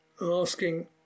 asking